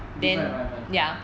become violent